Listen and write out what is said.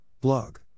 Blog